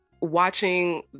watching